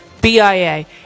BIA